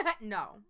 no